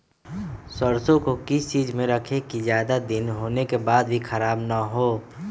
सरसो को किस चीज में रखे की ज्यादा दिन होने के बाद भी ख़राब ना हो?